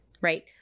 right